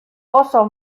oso